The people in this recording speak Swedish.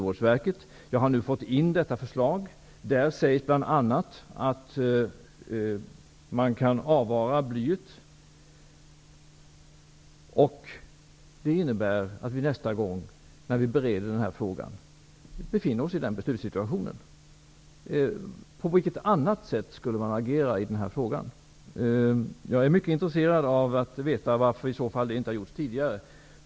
Jag har nu fått in detta förslag. Där sägs det bl.a. att blyet kan avvaras. Det innebär att vi, nästa gång vi bereder denna fråga, befinner oss i den beslutssituationen. På vilket annat sätt skulle man agera i den här frågan? Jag är mycket intresserad av att veta varför man i så fall inte har agerat tidigare.